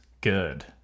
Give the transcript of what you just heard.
good